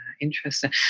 Interesting